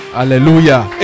hallelujah